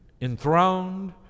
enthroned